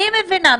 אני מבינה,